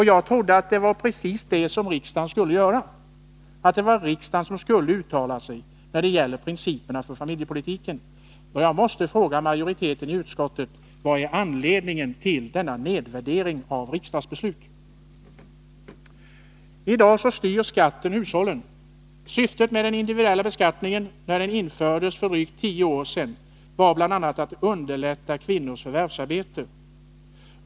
Jag trodde att det var precis detta som riksdagen skulle göra — alltså uttala sig när det gäller principerna för familjepolitiken. Jag måste fråga majoriteten i utskottet: Vad är anledningen till denna nedvärdering av riksdagens beslut? I dag styr skatten hushållen. Syftet med den individuella beskattningen, när den infördes för drygt tio år sedan, var bl.a. att underlätta kvinnors förvärvsarbete.